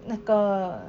那个